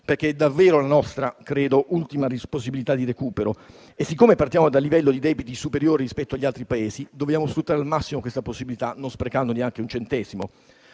che sia la nostra ultima possibilità di recupero. Siccome partiamo da un livello di debito superiore rispetto agli altri Paesi, dobbiamo sfruttare al massimo questa possibilità, non sprecando neanche un centesimo.